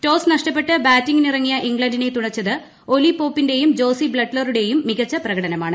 toss നഷ്ടപ്പെട്ട് ബാറ്റിംഗിനിറങ്ങിയ ഇംഗ്ലണ്ടിനെ തുണച്ചത് ഒലീ പോപ്പിന്റെയും ജോസ് ബട്ലറുടേയും മികച്ച് പ്രകടനമാണ്